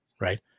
right